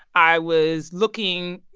i was looking,